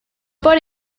por